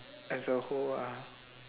as a whole ah